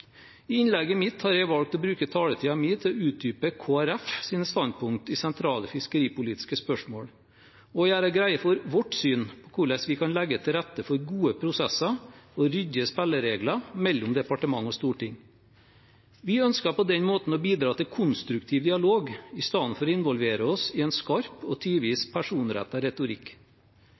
I innlegget mitt har jeg valgt å bruke taletiden min til å utdype Kristelig Folkepartis standpunkter i sentrale fiskeripolitiske spørsmål og gjøre greie for vårt syn på hvordan vi kan legge til rette for gode prosesser og ryddige spilleregler mellom departement og storting. Vi ønsker på den måten å bidra til konstruktiv dialog istedenfor å involvere oss i en skarp og tidvis personrettet retorikk.